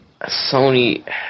Sony